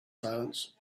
silence